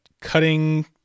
cutting